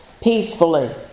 peacefully